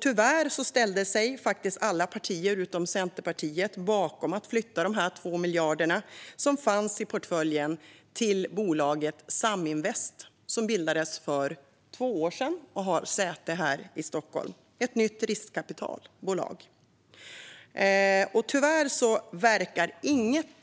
Tyvärr ställde sig alla partier utom Centerpartiet bakom att flytta dessa 2 miljarder som fanns i portföljen till bolaget Saminvest som bildades för två år sedan och har säte här i Stockholm. Det är alltså ett nytt riskkapitalbolag. Tyvärr verkar egentligen